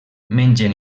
mengen